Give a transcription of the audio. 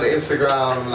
Instagram